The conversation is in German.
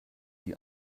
die